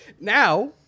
Now